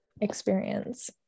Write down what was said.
experience